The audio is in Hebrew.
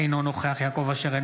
אינו נוכח יעקב אשר,